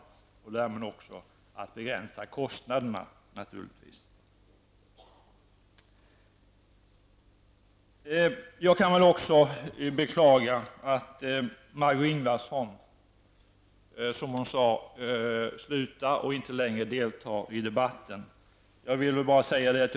Naturligtvis handlar det därmed också om att begränsa kostnaderna i det här sammanhanget. Jag beklagar att Margó Ingvardsson, som hon själv sagt, i fortsättningen inte kommer att delta i debatten.